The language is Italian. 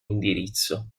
indirizzo